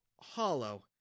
hollow